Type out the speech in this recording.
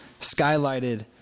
skylighted